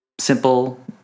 simple